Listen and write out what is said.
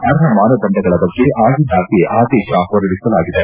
ಅರ್ಹ ಮಾನದಂಡಗಳ ಬಗ್ಗೆ ಆಗಿಂದಾಗ್ಗೆ ಆದೇಶ ಹೊರಡಿಸಲಾಗಿದೆ